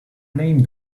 name